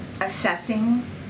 assessing